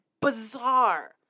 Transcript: Bizarre